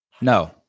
no